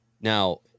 Now